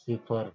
صفر